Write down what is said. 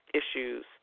issues